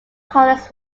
colors